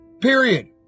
Period